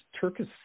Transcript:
Turkish